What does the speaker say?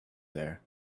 there